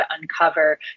uncover